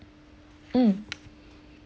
mm